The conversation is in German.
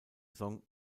song